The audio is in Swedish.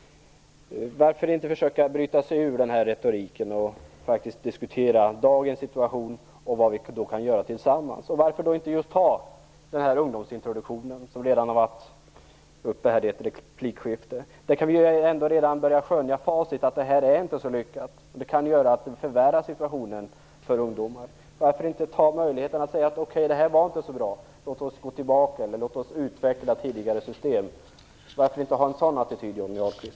Varför inte försöka bryta sig ur retoriken och diskutera dagens situation och vad vi kan göra tillsammans? Varför inte ta upp just ungdomsintroduktionen, som redan har diskuterats i ett replikskifte? Vi kan ju redan börja skönja facit, dvs. att det här inte är så lyckat. Det kan göra att vi förvärrar situationen för ungdomar. Varför inte ta möjligheten att säga att det här inte var så bra och att vi skall gå tillbaka eller utveckla tidigare system? Varför inte ha en sådan attityd, Johnny Ahlqvist?